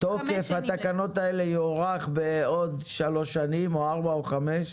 שתוקף התקנות האלה יוארך בעוד שלוש שנים או ארבע או חמש.